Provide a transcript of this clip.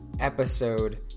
episode